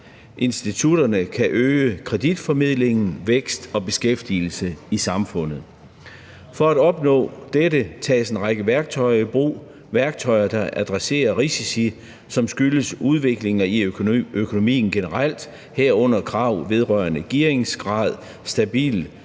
institutterne kan øge kreditformidlingen, vækst og beskæftigelse i samfundet. For at opnå dette tages en række værktøjer i brug. Det er værktøjer, der adresserer risici, som skyldes udviklinger i økonomien generelt, herunder krav vedrørende gearingsgrad, stabil